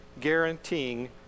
guaranteeing